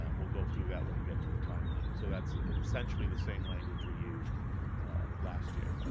um we'll go through that when we get to the timeline. so that's essentially the same language we used last year.